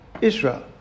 Israel